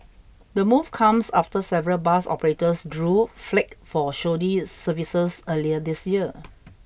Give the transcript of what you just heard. the move comes after several bus operators drew flak for shoddy services earlier this year